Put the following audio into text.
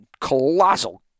colossal